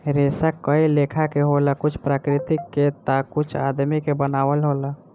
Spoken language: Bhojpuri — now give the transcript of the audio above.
रेसा कए लेखा के होला कुछ प्राकृतिक के ता कुछ आदमी के बनावल होला